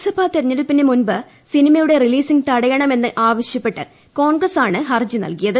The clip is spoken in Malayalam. ലോക്സഭാ തെരഞ്ഞെടുപ്പിന് മുമ്പ് സിനിമയുടെ റിലീസിംഗ് തടയണമെന്ന് ആവശ്യപ്പെട്ട് കോൺഗ്രസാണ് ഹർജി നൽകിയത്